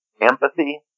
empathy